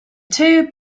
two